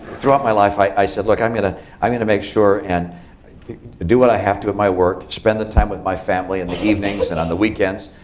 throughout my life, i i said, look, i'm going to i mean to make sure and do what i have to with my work, spend the time with my family in the evenings, and on the weekends.